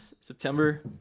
September